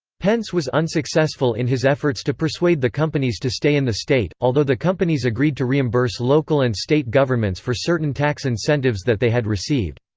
pence was unsuccessful in his efforts to persuade the companies to stay in the state, although the companies agreed to reimburse local and state governments for certain tax incentives that they had received.